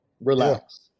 Relax